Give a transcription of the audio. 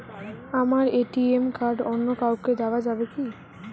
আমার ATM card অন্য কাউকে দেওয়া যাবে কি?